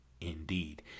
indeed